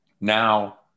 now